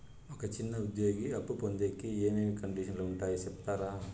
ఒక చిన్న ఉద్యోగి అప్పు పొందేకి ఏమేమి కండిషన్లు ఉంటాయో సెప్తారా?